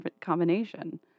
combination